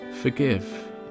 forgive